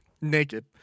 Naked